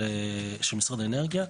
של משרד האנרגיה,